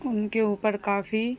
ان کے اوپر کافی